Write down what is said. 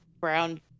brown